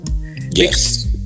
Yes